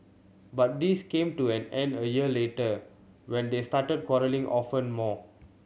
but this came to an end a year later when they started quarrelling often more